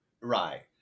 Right